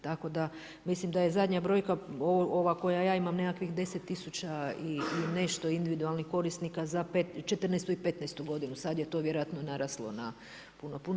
Tako da, mislim da je zadnja brojka ova koju ja imam nekakvih 10 tisuća i nešto individualnih korisnika za '14.-tu i '15.-tu godinu, sada je to vjerojatno naraslo na puno, puno.